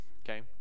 okay